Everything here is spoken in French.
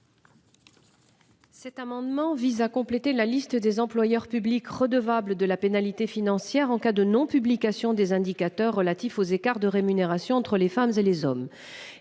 Cet amendement vise à compléter la liste des employeurs publics redevable de la pénalité financière en cas de non-, publication des indicateurs relatifs aux écarts de rémunération entre les femmes et les hommes.